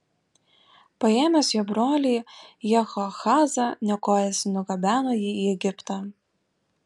paėmęs jo brolį jehoahazą nekojas nugabeno jį į egiptą